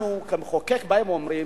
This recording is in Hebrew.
אנחנו כמחוקק באים ואומרים: